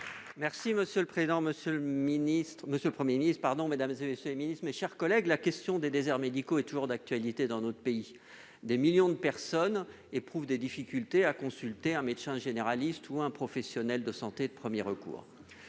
monsieur le Premier ministre, mesdames, messieurs les ministres, mes chers collègues, la question des déserts médicaux est toujours d'actualité dans notre pays. Des millions de personnes éprouvent des difficultés à consulter un médecin généraliste ou un professionnel de santé de premier recours.